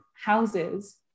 houses